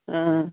অঁ